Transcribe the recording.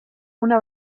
una